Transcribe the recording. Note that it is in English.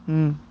mm